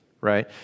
right